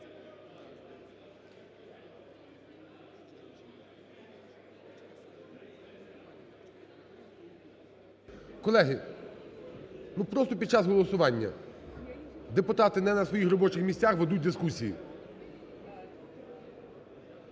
Колеги, ну просто під час голосування депутати не на своїх робочих місцях ведуть дискусії.